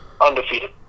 undefeated